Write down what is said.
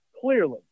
clearly